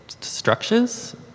structures